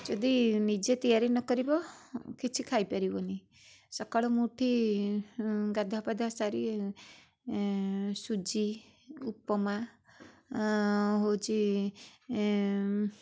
ଯଦି ନିଜେ ତିଆରି ନ କରିବ କିଛି ଖାଇପାରିବନି ସକାଳୁ ମୁଁ ଉଠି ଗାଧୁଆ ପାଧୁଆ ସାରି ସୁଜି ଉପମା ହେଉଛି